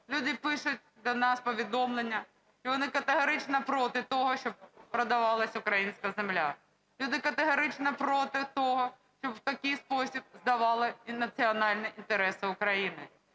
Люди пишуть до нас повідомлення, що вони категорично проти того, щоб продавалась українська земля. Люди категорично проти того, щоб в такий спосіб здавали національні інтереси України.